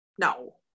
no